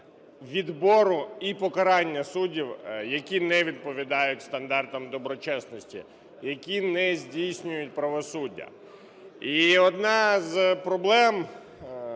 відбору і покарання суддів, які не відповідають стандартам доброчесності, які не здійснюють правосуддя. І одна з проблем,